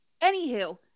Anywho